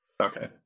Okay